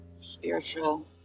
spiritual